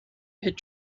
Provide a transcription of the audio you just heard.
had